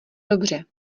dobře